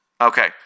Okay